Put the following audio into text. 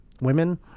women